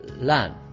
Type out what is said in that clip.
land